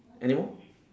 anymore